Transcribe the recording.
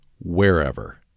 wherever